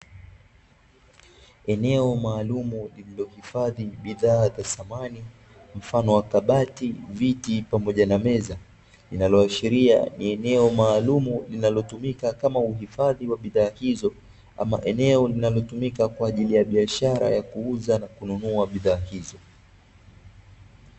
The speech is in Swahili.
Eneo maalumu lililohifadhi bidhaa za samani mfano wa kabati, viti pamoja na meza. Linaloashiria ni eneo maalumu linalotumika kama uhifadhi wa bidhaa hizo ama eneo linalotumika kwa ajili ya biashara ya kuuza na kununua bidhaa hizo.